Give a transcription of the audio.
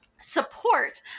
support